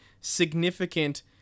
significant